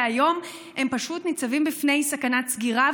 היום הם פשוט ניצבים בפני סכנת סגירה,